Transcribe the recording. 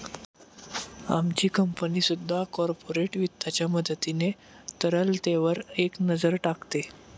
आमची कंपनी सुद्धा कॉर्पोरेट वित्ताच्या मदतीने तरलतेवर एक नजर टाकते